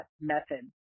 method